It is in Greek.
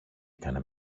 έκανε